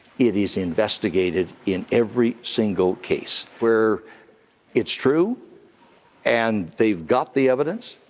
it is investigated in every single case. where it's true and they've got the evidence,